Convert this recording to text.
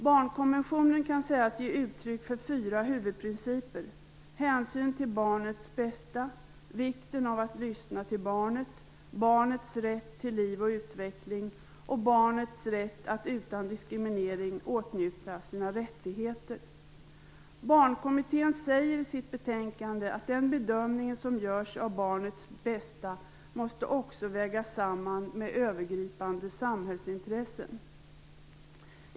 Barnkonventionen kan sägas ge uttryck för fyra huvudprinciper: hänsyn till barnets bästa, vikten av att lyssna till barnet, barnets rätt till liv och utveckling och barnets rätt att utan diskriminering åtnjuta sina rättigheter. Barnkommittén säger i sitt betänkande att den bedömning som görs av barnets bästa också måste vägas samman med övergripande samhällsintressen.